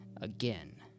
again